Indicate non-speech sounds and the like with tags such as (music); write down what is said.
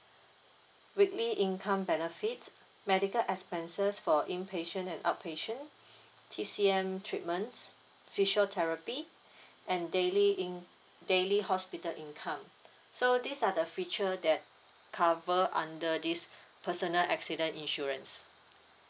weekly income benefit medical expenses for impatient and outpatient (breath) T_C_M treatments physiotherapy (breath) and daily in~ daily hospital income so these are the feature that cover under this personal accident insurance